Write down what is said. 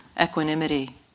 equanimity